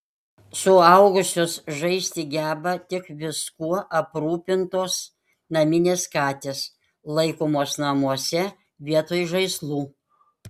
suaugusios žaisti geba tik viskuo aprūpintos naminės katės laikomos namuose vietoj žaislų